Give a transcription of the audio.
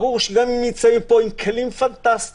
ברור שגם אם נמצאים פה עם כלים פנטסטיים,